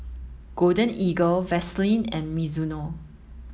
Golden Eagle Vaseline and Mizuno